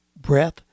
breath